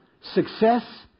Success